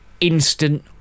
instant